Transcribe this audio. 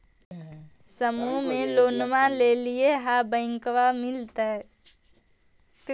समुह मे लोनवा लेलिऐ है बैंकवा मिलतै?